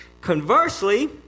Conversely